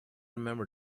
remember